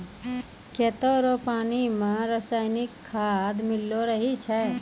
खेतो रो पानी मे रसायनिकी खाद मिल्लो रहै छै